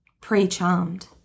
pre-charmed